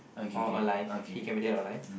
or alive he can be dead or alive